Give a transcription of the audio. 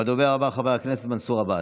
הדובר הבא, חבר הכנסת מנסור עבאס,